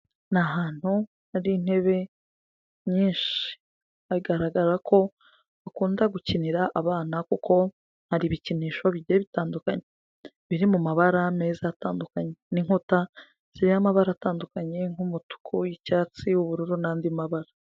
Ni ahantutu hari intebe nyinshi hagaragara ko hakunda gukinira abana kuko hari ibikinisho bigiye bitandukanye, biri mu mabara meza atandukanye n'inkuta ziriho amabara atandukanye nk'umutuku, icyatsi, ubururu n'andi mabara.